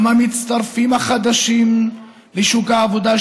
גם המצטרפים החדשים לשוק העבודה,